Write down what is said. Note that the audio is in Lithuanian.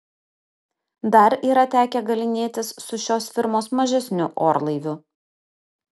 dar yra tekę galynėtis su šios firmos mažesniu orlaiviu